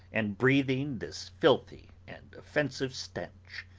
and breathing this filthy and offensive stench!